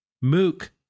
Mook